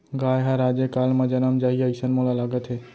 गाय हर आजे काल म जनम जाही, अइसन मोला लागत हे